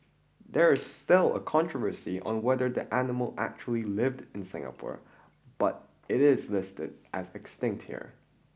there is still a controversy on whether the animal actually lived in Singapore but it is listed as extinct here